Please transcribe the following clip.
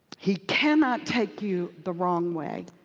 he cannot take you the wrong way.